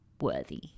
worthy